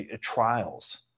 trials